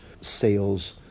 sales